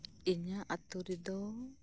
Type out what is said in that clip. ᱤᱧᱟᱹᱜ ᱟᱛᱳ ᱨᱮᱫᱚ